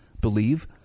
believe